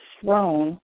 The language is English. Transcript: thrown